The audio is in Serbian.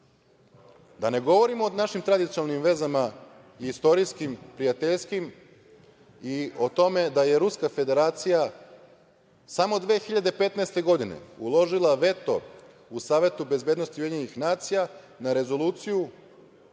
da ne govorimo o našim tradicionalnim vezama i istorijskim, prijateljskim i o tome da je Ruska Federacija samo 2015. godine uložila veto u Savetu bezbednosti i UN na rezoluciju